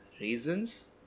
reasons